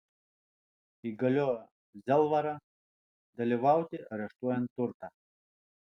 įgaliojo zelvarą dalyvauti areštuojant turtą